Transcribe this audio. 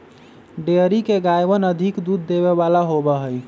dairy के गायवन अधिक दूध देवे वाला होबा हई